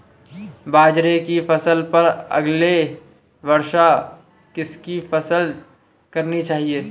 बाजरे की फसल पर अगले वर्ष किसकी फसल करनी चाहिए?